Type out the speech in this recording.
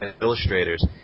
illustrators